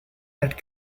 that